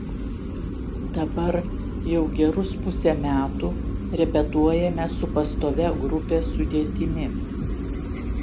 dabar jau gerus pusę metų repetuojame su pastovia grupės sudėtimi